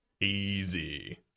Easy